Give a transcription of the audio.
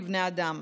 בני האדם.